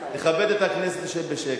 תכבד את הכנסת, תשב בשקט.